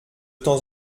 temps